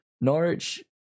Norwich